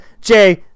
Jay